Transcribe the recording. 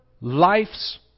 life's